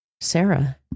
Sarah